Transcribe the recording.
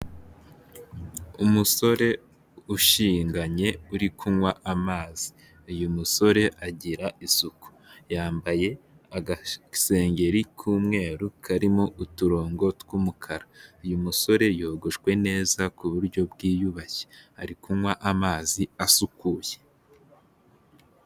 Umusore ushinganye uri kunywa amazi, uyu musore agira isuku. Yambaye agasengeri k'umweru karimo uturongo tw'umukara, uyu musore yogoshe neza ku buryo bwiyubashye. Ari kunywa amazi asukuye.